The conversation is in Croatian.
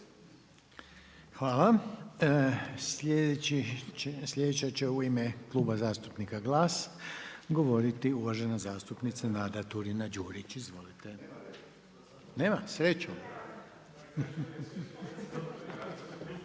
Hvala. Sljedeća će i u ime Kluba zastupnika GLAS govoriti uvažena zastupnica Nada Turina Đurić. Izvolite.